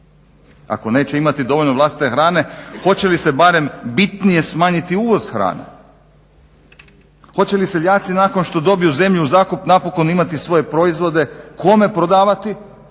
Ako neće imati dovoljno vlastite hrane, hoće li se barem bitnije smanjiti uvoz hrane? Hoće li seljaci nakon što dobiju zemlju u zakup napokon imati svoje proizvode kome prodavati